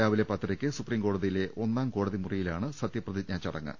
രാവിലെ പത്തരയ്ക്ക് സുപ്രീംകോടതിയിലെ ഒന്നാം കോടതി മുറിയിലാണ് സത്യപ്ര തിജ്ഞാ ചടങ്ങ്